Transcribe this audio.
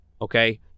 okay